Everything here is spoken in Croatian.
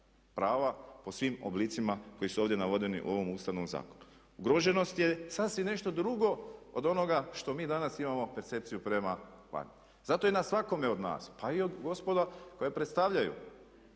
prava po svim oblicima koji su ovdje navedeni u ovom Ustavnom zakonu. Ugroženost je sasvim nešto drugo od onoga što mi danas imamo percepciju prema van. Zato je i na svakome od nas, pa i od gospode koji predstavljaju